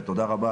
ותודה רבה.